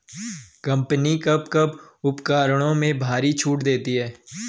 Company कब कब उपकरणों में भारी छूट देती हैं?